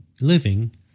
living